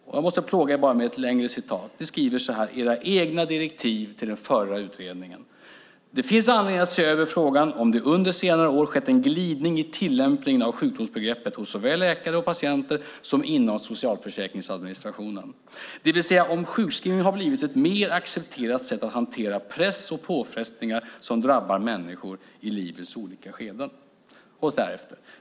Ni skrev följande i era egna direktiv till den förra utredningen: Det finns anledning att se över frågan om det under senare år har skett en glidning i tillämpningen av sjukdomsbegreppet hos såväl läkare och patienter som inom socialförsäkringsadministrationen, det vill säga om sjukskrivning har blivit ett mer accepterat sätt att hantera press och påfrestningar som drabbar människor i livets olika skeden.